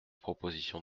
proposition